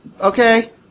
Okay